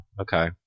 okay